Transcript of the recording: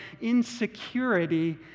insecurity